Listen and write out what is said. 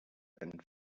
and